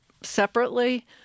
separately